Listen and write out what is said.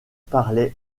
parlait